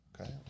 Okay